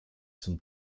zum